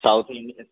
south Indian